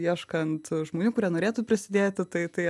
ieškant žmonių kurie norėtų prisidėti tai tai